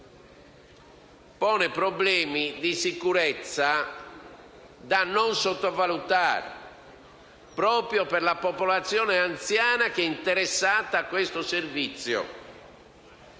problemi di sicurezza da non sottovalutare, proprio per la popolazione anziana che è interessata a questo servizio,